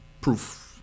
proof